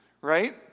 Right